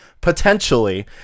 potentially